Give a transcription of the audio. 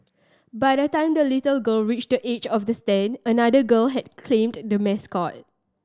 by the time the little girl reached the edge of the stand another girl had claimed the mascot